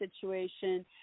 situation